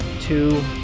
two